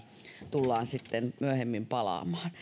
tullaan sitten myöhemmin palaamaan